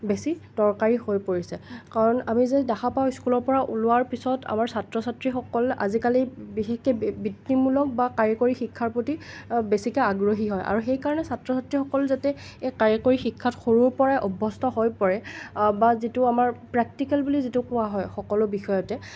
বেছি দৰকাৰী হৈ পৰিছে কাৰণ আমি যদি দেখা পাওঁ স্কুলৰ পৰা ওলোৱাৰ পিছত আমাৰ ছাত্ৰ ছাত্ৰীসকল আজিকালি বিশেষকৈ বৃত্তিমূলক বা কাৰিকৰী শিক্ষাৰ প্ৰতি বেছিকে আগ্ৰহী হয় আৰু সেইকাৰণে ছাত্ৰ ছাত্ৰীসকল যাতে এই কাৰিকৰী শিক্ষাত সৰুৰ পৰাই অভ্যস্ত হৈ পৰে বা যিটো আমাৰ প্ৰেক্টিকেল বুলি যিটো কোৱা হয় সকলো বিষয়তে